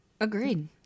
Agreed